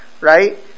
right